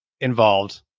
involved